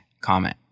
comment